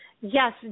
Yes